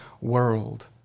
world